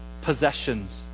possessions